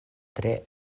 tre